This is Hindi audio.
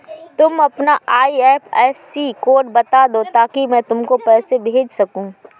तुम अपना आई.एफ.एस.सी कोड बता दो ताकि मैं तुमको पैसे भेज सकूँ